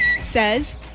says